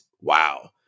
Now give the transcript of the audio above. Wow